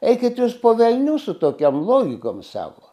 eikit jūs po velnių su tokiom logikom savo